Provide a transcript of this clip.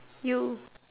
you